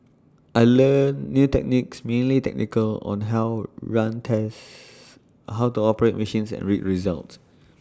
I learnt new techniques mainly technical on how run tests how to operate machines and read results